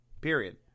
period